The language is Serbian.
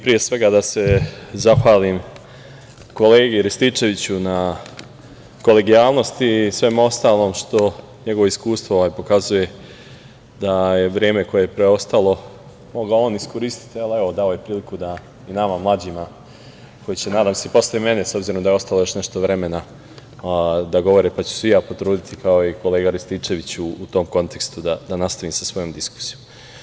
Pre svega da se zahvalim kolegi Rističeviću na kolegijalnosti i svemu ostalom što njegovo iskustvo pokazuje da je vreme koje je preostalo mogao on iskoristiti, ali dao je priliku i nama mlađima, koji će nadam se i posle mene, s obzirom da je ostalo još nešto vremena, da govore, pa ću se i ja potruditi, kao i kolega Rističević u tom kontekstu da nastavim sa svojom diskusijom.